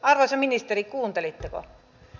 arvoisa ministeri kuuntelitteko